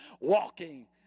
walking